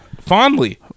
Fondly